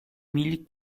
mille